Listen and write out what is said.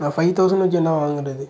நான் five thousand வச்சு என்ன வாங்குறது